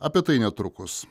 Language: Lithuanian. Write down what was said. apie tai netrukus